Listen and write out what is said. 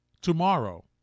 tomorrow